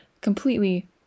completely